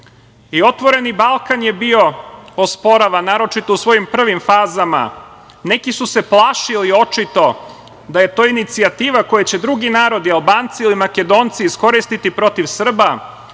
BiH.„Otvoreni Balkan“ je bio osporavan, naročito u svojim prvim fazama. Neki su se plašili očito da je to inicijativa koje će drugi narodi, Albanci ili Makedonci, iskoristiti protiv Srba.